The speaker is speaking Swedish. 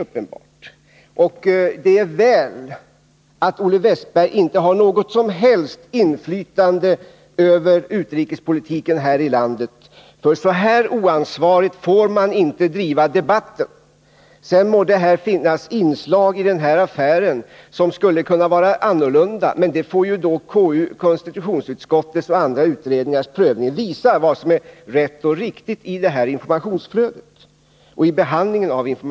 Det är väl att Olle Wästberg inte har något som helst inflytande över utrikespolitiken här i landet, för så oansvarigt får man inte driva debatten. Sedan må det finnas inslag i denna affär som skulle kunna vara annorlunda, men konstitutionsutskottets och andra utredningars prövning får ju visa vad som är rätt och riktigt i informationsflödet och i behandlingen av det.